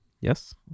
Yes